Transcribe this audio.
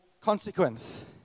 consequence